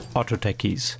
Autotechies